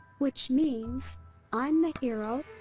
which means i'm the hero,